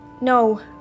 No